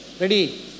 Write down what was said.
Ready